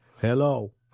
Hello